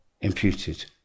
imputed